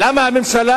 למה הממשלה,